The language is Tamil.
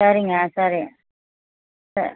சரிங்க சரி சர்